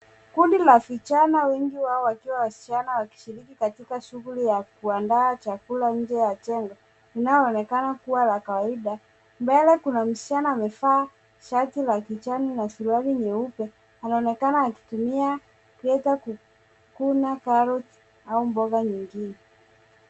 Kundi la vijana wengi wao wakiwa wasichana wakishiriki katika shughuli ya kuandaa chakula nje ya jengo, linayoonekana kuwa la kawaida. Mbele kuna msichana amevaa shati la kijani na suruali nyeupe anaonekana akitumia grater kukuna karoti au mboga nyingine.